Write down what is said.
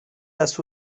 las